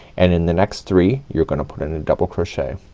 and in the next three you're gonna put in a double crochet.